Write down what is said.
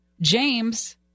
James